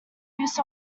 use